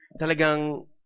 talagang